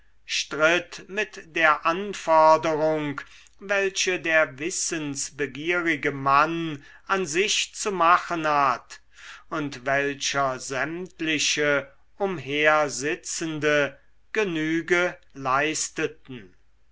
stritt mit der anforderung welche der wissensbegierige mann an sich zu machen hat und welcher sämtliche umhersitzende genüge leisteten